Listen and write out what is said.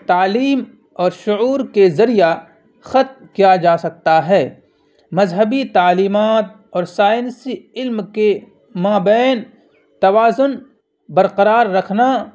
تعلیم اور شعور کے ذریعہ ختم کیا جا سکتا ہے مذہبی تعلیمات اور سائنسی علم کے مابین توازن برقرار رکھنا